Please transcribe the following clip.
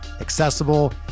accessible